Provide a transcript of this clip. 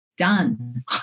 Done